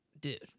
dude